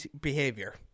behavior